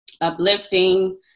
uplifting